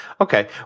okay